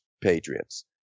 Patriots